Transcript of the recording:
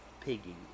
Piggy